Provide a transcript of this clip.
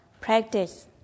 practice